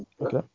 Okay